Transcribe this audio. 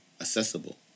accessible